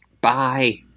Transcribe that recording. bye